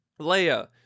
Leia